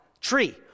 tree